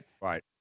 Right